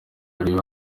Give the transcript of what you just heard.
hari